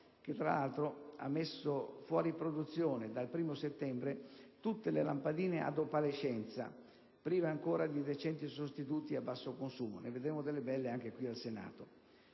(che, tra l'altro, ha messo fuori produzione dal 1° settembre 2009 tutte le lampadine ad opalescenza, prive ancora di decenti sostituti a basso consumo; e ne vedremo delle belle anche qui al Senato);